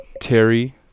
Terry